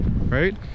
right